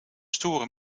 stoere